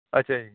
ਅੱਛਾ ਜੀ